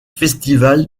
festival